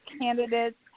candidates